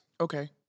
Okay